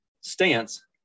Stance